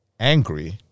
angry